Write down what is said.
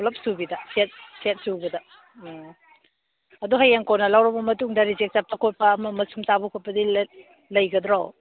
ꯄꯨꯂꯞ ꯁꯨꯕꯤꯗ ꯁꯦꯠ ꯁꯦꯠ ꯁꯨꯕꯗ ꯎꯝ ꯑꯗꯣ ꯍꯌꯦꯡ ꯀꯣꯟꯅ ꯂꯧꯔꯕ ꯃꯇꯨꯡꯗ ꯔꯤꯖꯦꯛ ꯆꯠꯄ ꯈꯣꯠꯄ ꯑꯃ ꯑꯃ ꯁꯨꯝ ꯆꯥꯕ ꯈꯣꯠꯄꯗꯤ ꯂꯩꯒꯗ꯭ꯔꯣ